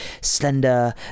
slender